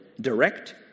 direct